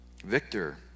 Victor